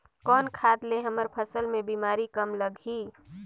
कौन खाद ले हमर फसल मे बीमारी कम लगही?